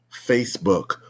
Facebook